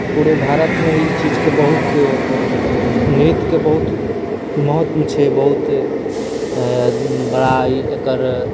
पुरे भारतमे ई चीजकेँ बहुत नृत्यकेँ बहुत महत्तम छै बहुत बड़ा एकर